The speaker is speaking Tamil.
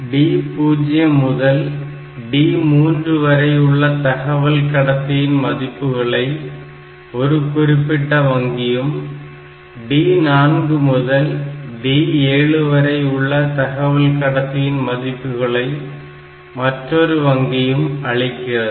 D0 முதல் D3 வரையுள்ள தகவல் கடத்தியின் மதிப்புகளை ஒருகுறிப்பிட்ட வங்கியும் D4 முதல் D7 வரையுள்ள தகவல் கடத்தியின் மதிப்புகளை மற்றொரு வங்கியும் அளிக்கிறது